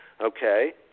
okay